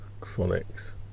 phonics